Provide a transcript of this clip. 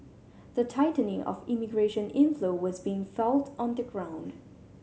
the tightening of immigration inflow was being felt on the ground